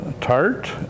tart